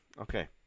Okay